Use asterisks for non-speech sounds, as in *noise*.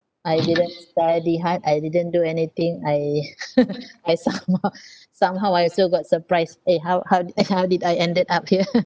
I didn't study hard I didn't do anything I *laughs* I somehow *laughs* somehow I still got surprised eh how how di~ uh how did I ended up here *laughs*